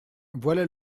voilà